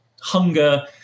hunger